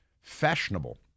fashionable